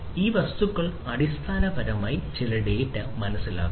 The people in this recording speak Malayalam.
ഈ വസ്തുക്കൾ അടിസ്ഥാനപരമായി ചില ഡാറ്റ മനസ്സിലാക്കും